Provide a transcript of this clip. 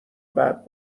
بعد